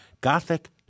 Gothic